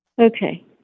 Okay